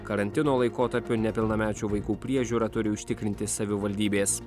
karantino laikotarpiu nepilnamečių vaikų priežiūrą turi užtikrinti savivaldybės